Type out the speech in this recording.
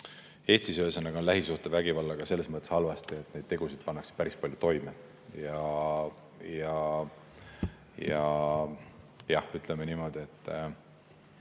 Eestis on lähisuhtevägivallaga selles mõttes halvasti, et neid tegusid pannakse päris palju toime. Ütleme niimoodi, et